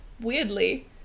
weirdly